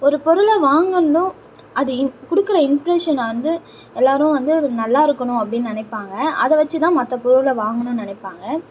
ஒரு பொருளை வாங்கினதும் அது கொடுக்குற இன்ப்ரஷனை வந்து எல்லாரும் வந்து ஒரு நல்லா இருக்கணும் அப்படினு நினைப்பாங்க அதை வச்சு தான் மற்ற பொருளை வாங்கணும்னு நினைப்பாங்க